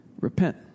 Repent